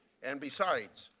and besides,